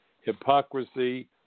Hypocrisy